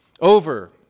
over